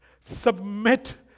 submit